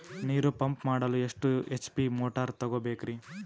ನೀರು ಪಂಪ್ ಮಾಡಲು ಎಷ್ಟು ಎಚ್.ಪಿ ಮೋಟಾರ್ ತಗೊಬೇಕ್ರಿ?